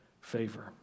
favor